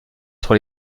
sur